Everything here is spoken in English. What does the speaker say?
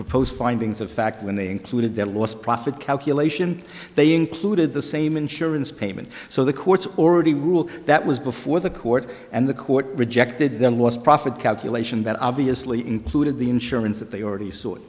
you post findings of fact when they included their last profit calculation they included the same insurance payment so the court's already ruled that was before the court and the court rejected their last profit calculation that obviously included the insurance that they already saw